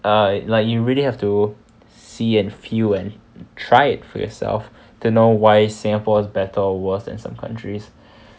err like you really have to see and feel and try it for yourself to know why singapore's better or worse than some countries